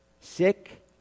sick